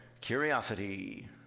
Curiosity